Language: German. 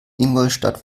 ingolstadt